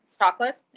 chocolate